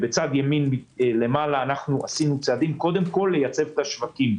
בצד ימין למעלה עשינו צעדים קודם כול לייצב את השווקים,